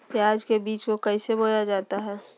प्याज के बीज को कैसे बोया जाता है?